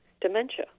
dementia